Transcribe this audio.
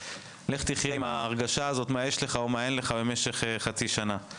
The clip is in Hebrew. ואז לך תחיה עם ההרגשה הזו של מה יש ואין לך במשך חצי שנה.